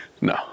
No